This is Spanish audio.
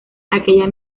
aquella